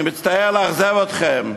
אני מצטער לאכזב אתכם: